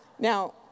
Now